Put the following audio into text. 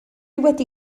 wedi